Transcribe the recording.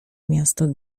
miasto